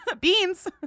Beans